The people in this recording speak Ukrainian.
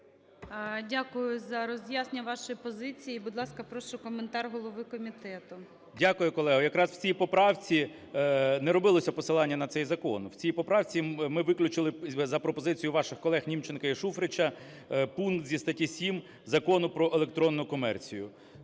Дякую за роз'яснення вашої позиції. Будь ласка, прошу коментар голови комітету. 13:16:19 КНЯЖИЦЬКИЙ М.Л. Дякую, колего. Якраз в цій поправці не робилось посилання на цей закон. В цій поправці ми виключили за пропозицією ваших колег Німченка і Шуфрича пункт зі статті 7 Закону "Про електронну комерцію".